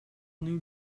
new